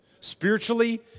Spiritually